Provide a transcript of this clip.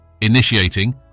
initiating